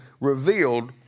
revealed